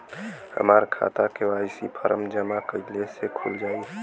हमार खाता KYC form जमा कइले से खुल जाई?